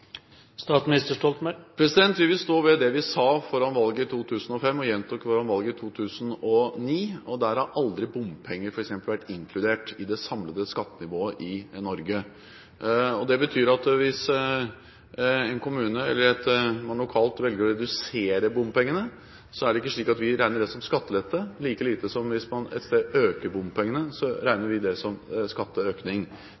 valget i 2009. Der har f.eks. bompenger aldri vært inkludert i det samlede skattenivået i Norge. Det betyr at hvis en kommune, hvis man lokalt, velger å redusere bompengene, er det ikke slik at vi regner det som skattelette, like lite som at vi regner det som skatteøkning hvis man et sted øker bompengene.